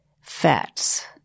fats